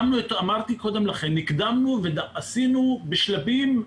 אמרתי קודם לכן, הקדמנו ועשינו בשלבים,